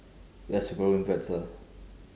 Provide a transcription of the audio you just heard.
ya subaru impreza